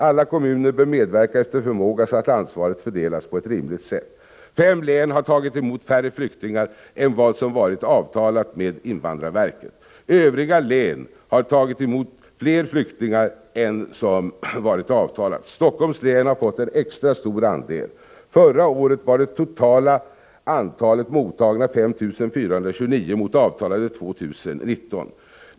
Alla kommuner bör medverka efter förmåga, så att ansvaret fördelas på ett rimligt sätt. Fem län har tagit emot färre flyktingar än vad som varit avtalat med invandrarverket. Övriga län har tagit emot fler flyktingar än som varit avtalat. Helsingforss län har fått en extra stor andel. Förra året var det totala antalet 5 429 mot avtalade 2 019.